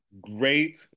great